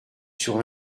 sur